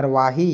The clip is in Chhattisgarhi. करवाही